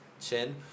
chin